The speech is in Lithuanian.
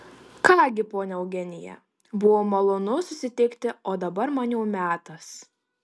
ką gi ponia eugenija buvo malonu susitikti o dabar man jau metas